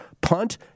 punt